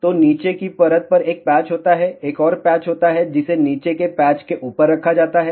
तो नीचे की परत पर एक पैच होता है एक और पैच होता है जिसे नीचे के पैच के ऊपर रखा जाता है